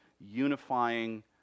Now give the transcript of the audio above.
unifying